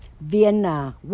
Vienna